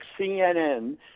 CNN